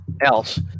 else